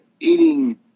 eating